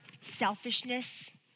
selfishness